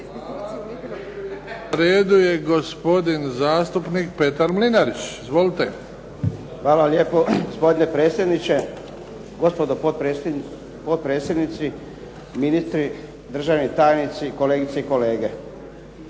Na redu je gospodin zastupnik Petar Mlinarić. Izvolite. **Mlinarić, Petar (HDZ)** Hvala vam lijepo gospodine predsjedniče. Gospodo potpredsjednici, ministri, državni tajnici, kolegice i kolege.